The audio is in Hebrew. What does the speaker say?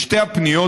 בשתי הפניות,